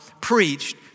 preached